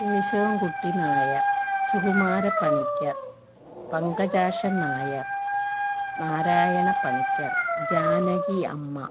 കേശവൻകുട്ടി നായർ സുകുമാര പണിക്കർ പങ്കാജക്ഷൻ നായർ നാരായണ പണിക്കർ ജാനകി അമ്മ